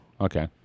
Okay